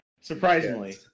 surprisingly